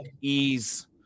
ease